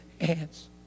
hands